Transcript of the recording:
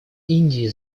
индии